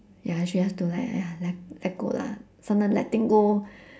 ya she have to like !aiya! let let go lah sometimes letting go